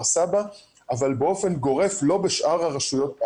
סבא אבל באופן גורף לא בשאר הרשויות,